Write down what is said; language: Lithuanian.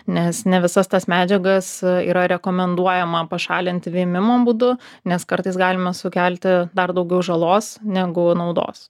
nes ne visas tas medžiagas yra rekomenduojama pašalinti vėmimo būdu nes kartais galima sukelti dar daugiau žalos negu naudos